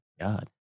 god